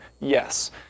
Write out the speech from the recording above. Yes